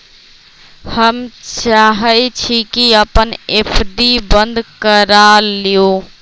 हम चाहई छी कि अपन एफ.डी बंद करा लिउ